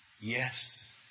Yes